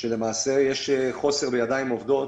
שלמעשה יש חוסר בידיים עובדות,